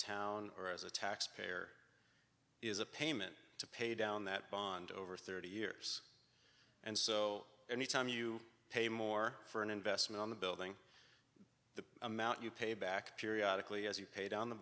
town or as a taxpayer is a payment to pay down that bond over thirty years and so any time you pay more for an investment on the building the amount you pay back periodic lee as you pay down the